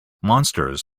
monsters